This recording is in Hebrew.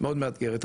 מאוד מאתגרת,